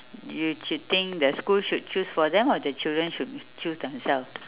you should think the school should choose for them or the children should choose themselves